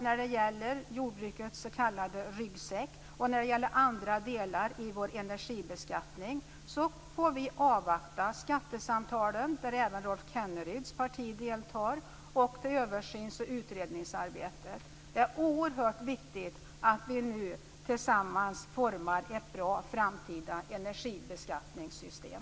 När det gäller jordbrukets s.k. ryggsäck och andra delar i vår energibeskattning får vi avvakta skattesamtalen - där även Rolf Kenneryds parti deltar - och översyns och utredningsarbetet. Det är oerhört viktigt att tillsammans utforma ett bra framtida energibeskattningssystem.